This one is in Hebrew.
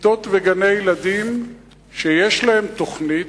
כיתות וגני-ילדים שיש להם תוכנית,